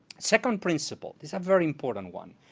second principle is a very important one.